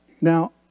Now